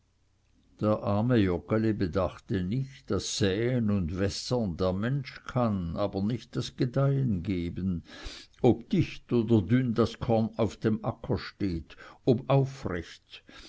der arme joggeli bedachte nicht daß säen und wässern der mensch kann aber nicht das gedeihen geben ob dicht oder dünn das korn auf dem acker steht ob aufrecht